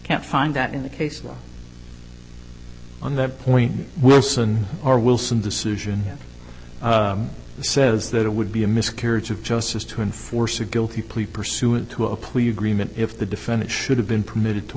can't find that in the case law on that point wilson or wilson decision says that it would be a miscarriage of justice to enforce a guilty plea pursuant to a plea agreement if the defendant should have been permitted to